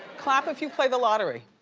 clap if you play the lottery.